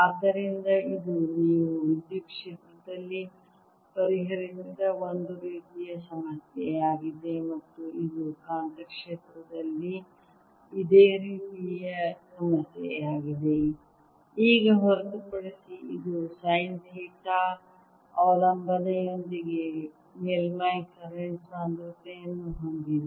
ಆದ್ದರಿಂದ ಇದು ನಾವು ವಿದ್ಯುತ್ ಕ್ಷೇತ್ರದಲ್ಲಿ ಪರಿಹರಿಸಿದ ಒಂದು ರೀತಿಯ ಸಮಸ್ಯೆಯಾಗಿದೆ ಮತ್ತು ಇದು ಕಾಂತಕ್ಷೇತ್ರದಲ್ಲಿ ಇದೇ ರೀತಿಯ ಸಮಸ್ಯೆಯಾಗಿದೆ ಈಗ ಹೊರತುಪಡಿಸಿ ಇದು ಸೈನ್ ಥೀಟಾ ಅವಲಂಬನೆಯೊಂದಿಗೆ ಮೇಲ್ಮೈ ಕರೆಂಟ್ ಸಾಂದ್ರತೆಯನ್ನು ಹೊಂದಿದೆ